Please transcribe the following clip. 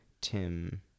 Tim